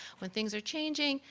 when things are changing,